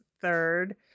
third